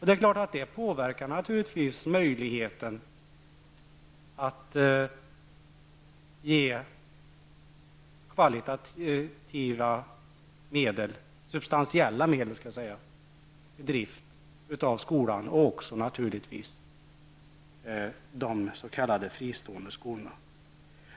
Det är klart att det påverkar möjligheten att ge substantiella medel till drift av skolan och också till de s.k. fristående skolorna.